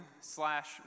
slash